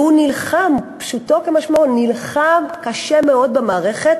והוא נלחם, פשוטו כמשמעו, נלחם קשה מאוד במערכת